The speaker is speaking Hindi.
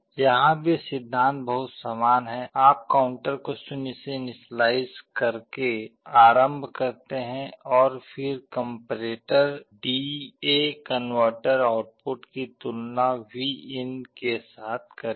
यहां भी सिद्धांत बहुत समान है आप काउंटर को 0 से इनिशियलाइज़ करके प्रारम्भ करते हैं और फिर comparator D A converter output की तुलना Vin के साथ करेगा